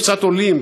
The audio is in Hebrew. והם קצת עולים,